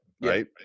right